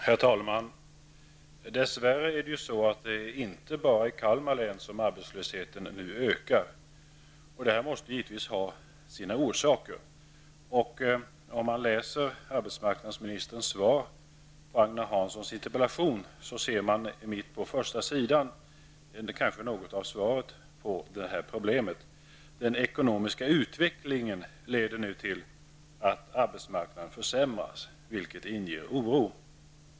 Herr talman! Dess värre är det inte bara i Kalmar län som arbetslösheten nu ökar. Detta måste givetvis ha sina orsaker. Om man läser arbetsmarknadsministerns svar på Agne Hanssons interpellation ser man mitt på första sidan något av svaret på det här problemet. Där står att den ekonomiska utvecklingen nu leder till att arbetsmarknaden försämras, vilket inger oro.